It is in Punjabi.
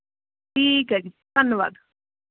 ਠੀਕ ਹੈ ਜੀ ਧੰਨਵਾਦ